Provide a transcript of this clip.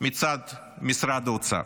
מצד משרד האוצר,